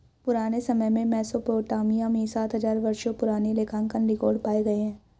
पुराने समय में मेसोपोटामिया में सात हजार वर्षों पुराने लेखांकन रिकॉर्ड पाए गए हैं